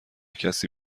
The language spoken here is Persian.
کسی